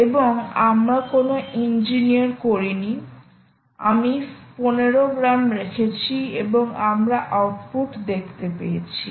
এবং আমরা কোনও ইঞ্জিনিয়ার করি নি আমি 15 গ্রাম রেখেছি এবং আমরা আউটপুট দেখতে পেয়েছি